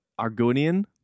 Argonian